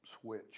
switch